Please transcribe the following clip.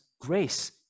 grace